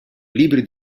libri